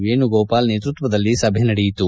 ವೇಣುಗೋಪಾಲ್ ನೇತೃತ್ವದಲ್ಲಿ ಸಭೆ ನಡೆಯಿತು